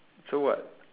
so what